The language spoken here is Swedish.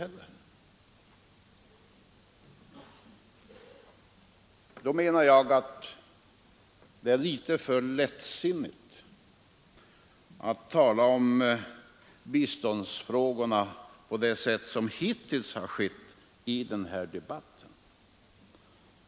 Det är då, menar jag, litet för lättsinnigt att tala om biståndsfrågorna på det sätt som hittills har skett i denna debatt.